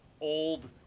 Old